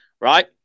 right